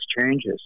changes